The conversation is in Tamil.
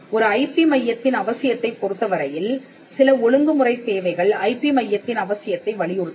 ஒரு ஐபி மையத்தின் அவசியத்தைப் பொருத்தவரையில் சில ஒழுங்குமுறை தேவைகள் ஐபி மையத்தின் அவசியத்தை வலியுறுத்தலாம்